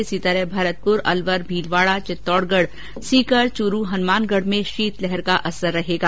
इसी तरह भरतपुर अलवर भीलवाड़ा चित्तौड़गढ़ सीकर चूरू हनुमानगढ़ में शीतलहर का असर रहेगा